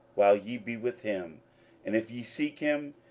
while ye be with him and if ye seek him,